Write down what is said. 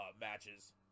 matches